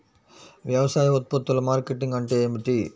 వ్యవసాయ ఉత్పత్తుల మార్కెటింగ్ అంటే ఏమిటి?